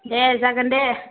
दे जागोन दे